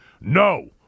no